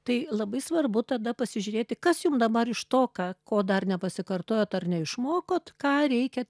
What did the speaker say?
tai labai svarbu tada pasižiūrėti kas jum dabar iš to ką ko dar nepasikartojot ar neišmokot ką reikia